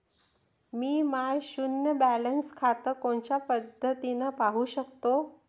मी माय शुन्य बॅलन्स खातं कोनच्या पद्धतीनं पाहू शकतो?